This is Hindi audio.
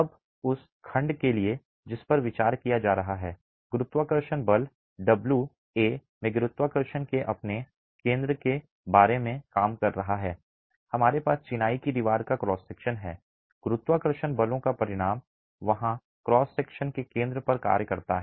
अब उस खंड के लिए जिस पर विचार किया जा रहा है गुरुत्वाकर्षण बल डब्ल्यू ए में गुरुत्वाकर्षण के अपने केंद्र के बारे में काम कर रहा है हमारे पास चिनाई की दीवार का क्रॉस सेक्शन है गुरुत्वाकर्षण बलों का परिणाम वहां क्रॉस सेक्शन के केंद्र पर कार्य करता है